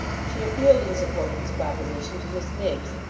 she appealed in support of this proposition to miss miggs,